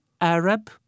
Arab